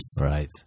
Right